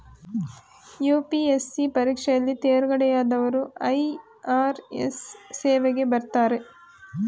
UPSC ಪರೀಕ್ಷೆಯಲ್ಲಿ ತೇರ್ಗಡೆಯಾದವರು IRS ಸೇವೆಗೆ ಬರ್ತಾರೆ